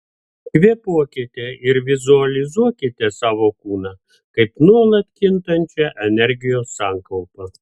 kvėpuokite ir vizualizuokite savo kūną kaip nuolat kintančią energijos sankaupą